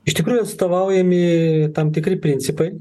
iš tikrųjų atstovaujami tam tikri principai